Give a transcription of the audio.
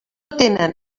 tenen